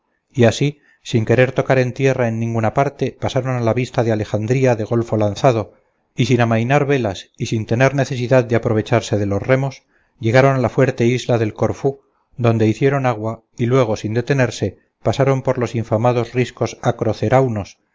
y así sin querer tocar en tierra en ninguna parte pasaron a la vista de alejandría de golfo lanzado y sin amainar velas y sin tener necesidad de aprovecharse de los remos llegaron a la fuerte isla del corfú donde hicieron agua y luego sin detenerse pasaron por los infamados riscos